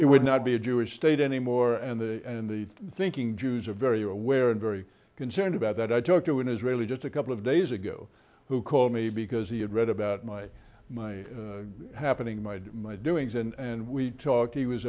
it would not be a jewish state anymore and the and the thinking jews are very aware and very concerned about that i talked to an israeli just a couple of days ago who called me because he had read about my my happening my my doings and we talked he was